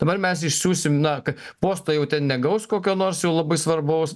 dabar mes išsiųsim na ka posto jau ten negaus kokio nors jau labai svarbaus